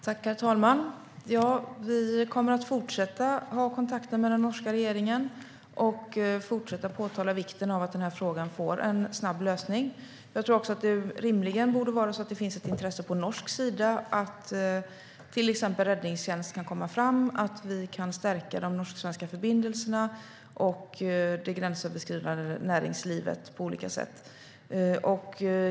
Herr talman! Vi kommer att fortsätta ha kontakter med den norska regeringen och fortsätta att framhålla vikten av att frågan får en snabb lösning. Det borde rimligen också finnas ett intresse på norsk sida att till exempel räddningstjänsten kommer fram och att vi kan stärka de norsk-svenska förbindelserna och det gränsöverskridande näringslivet på olika sätt.